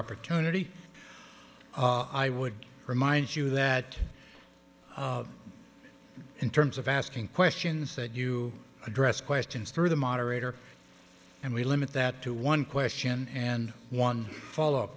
opportunity i would remind you that in terms of asking questions that you address questions through the moderator and we limit that to one question and one follow